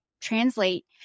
translate